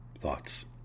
thoughts